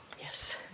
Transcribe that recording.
yes